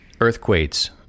earthquakes